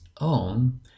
own